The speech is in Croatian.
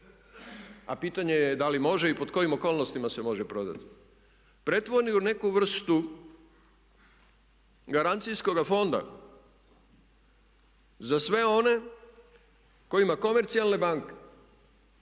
a pitanje da li može i pod kojim okolnostima se može prodati, pretvori u neku vrstu garancijskoga fonda za sve one kojima komercijalne banke